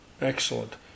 Excellent